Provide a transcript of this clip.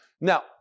Now